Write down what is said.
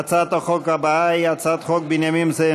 להעביר את הצעת חוק גנים לאומיים,